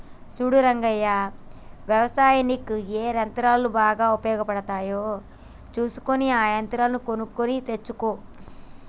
సూడు రంగయ్య యవసాయనిక్ ఏ యంత్రాలు బాగా ఉపయోగపడుతాయో సూసుకొని ఆ యంత్రాలు కొనుక్కొని తెచ్చుకో